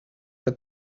that